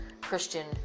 Christian